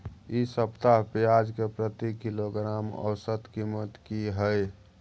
इ सप्ताह पियाज के प्रति किलोग्राम औसत कीमत की हय?